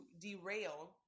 derail